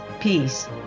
peace